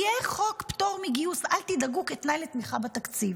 יהיה חוק פטור מגיוס כתנאי לתמיכה בתקציב,